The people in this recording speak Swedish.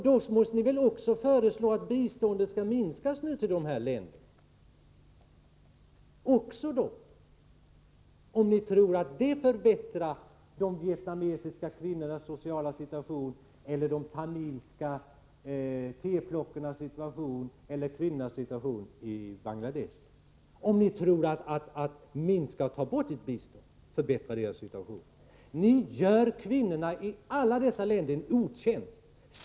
Då måste ni väl också föreslå att biståndet till dessa länder skall minskas, om ni tror att det förbättrar de vietnamesiska kvinnornas sociala situation, de tamilska teplockerskornas situation eller situationen för kvinnorna i Bangladesh. Ni gör kvinnorna i alla dessa länder en otjänst.